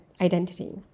identity